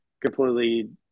completely